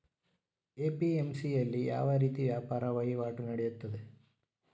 APMC ಯಲ್ಲಿ ಯಾವ ರೀತಿ ವ್ಯಾಪಾರ ವಹಿವಾಟು ನೆಡೆಯುತ್ತದೆ?